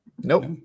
Nope